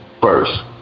first